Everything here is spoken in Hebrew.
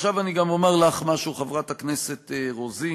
עכשיו אני גם אומר לך משהו, חברת הכנסת רוזין.